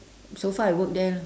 so far I work there